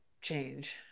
change